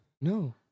No